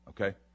Okay